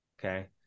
Okay